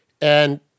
And-